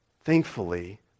Thankfully